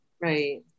right